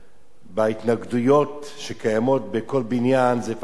בהתנגדויות הקיימות בכל בניין, לפעמים זה מעכב